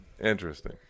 interesting